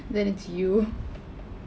then it's you